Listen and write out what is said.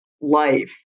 life